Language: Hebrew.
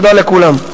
תודה לכולם.